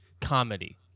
comedy